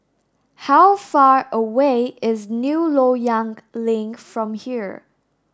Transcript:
how far away is New Loyang Link from here